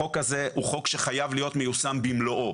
החוק הזה הוא חוק שחייב להיות מיושם במלואו.